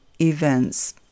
events